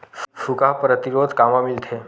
सुखा प्रतिरोध कामा मिलथे?